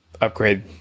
upgrade